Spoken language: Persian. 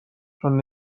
چون